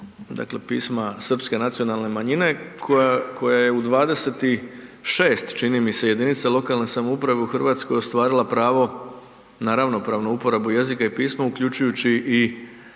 dakle, pisma srpske nacionalne manjine koja, koja je u 26, čini mi se, jedinica lokalne samouprave u RH ostvarila pravo na ravnopravnu uporabu jezika i pisma uključujući i